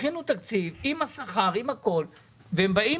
הכינו תקציב עם השכר ועם הכול והם באים